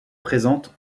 présentes